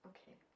Okay